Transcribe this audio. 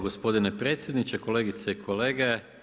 Gospodine predsjedniče, kolegice i kolege!